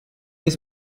this